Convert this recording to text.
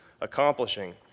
accomplishing